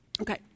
Okay